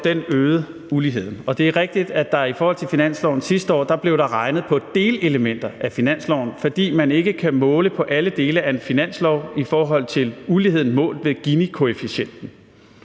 øgede uligheden, og det er rigtigt, at der i forhold til finansloven sidste år blev regnet på delelementer af finansloven, fordi man ikke kan måle på alle dele af en finanslov i forhold til uligheden målt ved Ginikoefficienten.